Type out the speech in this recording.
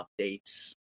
updates